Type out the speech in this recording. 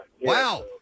Wow